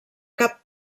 cap